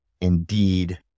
indeed